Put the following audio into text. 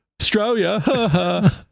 australia